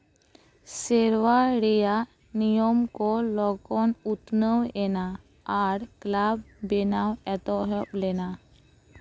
ᱥᱮᱨᱣᱟ ᱨᱮᱭᱟᱜ ᱱᱤᱭᱚᱢ ᱠᱚ ᱞᱚᱜᱚᱱ ᱩᱛᱱᱟᱹᱣ ᱮᱱᱟ ᱟᱨ ᱞᱟᱵᱷ ᱵᱮᱱᱟᱣ ᱮᱛᱚᱦᱚᱵ ᱞᱮᱱᱟ